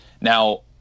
now